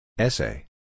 Essay